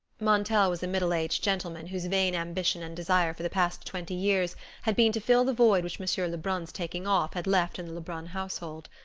montel was a middle-aged gentleman whose vain ambition and desire for the past twenty years had been to fill the void which monsieur lebrun's taking off had left in the lebrun household.